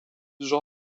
jean